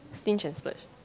stinge and splurge